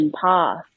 path